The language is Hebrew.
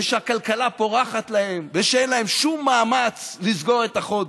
שהכלכלה פורחת להם ושאין להם שום מאמץ לסגור את החודש?